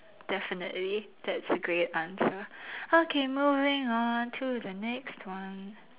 definitely that's a great answer okay moving on to the next one